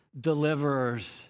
deliverers